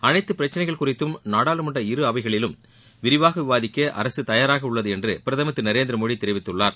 அனைத்து பிரச்சனைகள் குறித்தும் நாடாளுமன்ற இரு அவைகளிலும் விரிவாக விவாதிக்க அரசு தயாராக உள்ளது என்று பிரதமர் திரு நரேந்திரமோடி தெரிவித்துள்ளார்